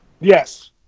Yes